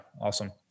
awesome